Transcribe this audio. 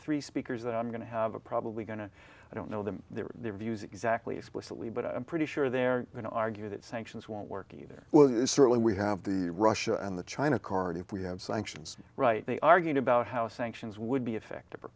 three speakers that i'm going to have a probably going to i don't know them their views exactly explicitly but i'm pretty sure they're going to argue that sanctions won't work either well certainly we have the russia and the china corot if we have sanctions right they argued about how sanctions would be effective or